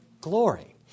Glory